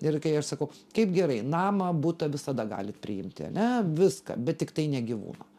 ir kai aš sakau kaip gerai namą butą visada galit priimti ane viską bet tiktai ne gyvūną